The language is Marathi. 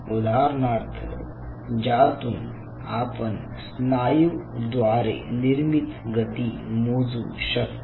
उदाहरणार्थ ज्यातून आपण स्नायू द्वारे निर्मित गती मोजू शकतो